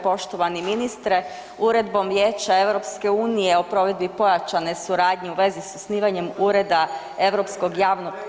Poštovani ministre, Uredbom Vijeća EU o provedbi pojačane suradnje u vezi s osnivanjem Ureda europskog javnog…